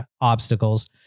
obstacles